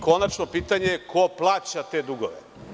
Konačno, pitanje ko plaća te dugove?